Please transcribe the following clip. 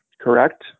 Correct